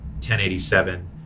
1087